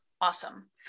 awesome